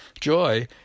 Joy